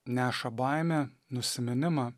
neša baimę nusiminimą